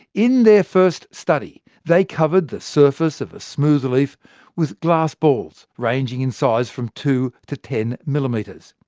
in their first study, they covered the surface of a smooth leaf with glass balls ranging in size from two to ten millimetres.